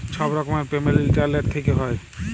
ছব রকমের payment internet থ্যাইকে হ্যয়